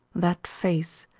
that face,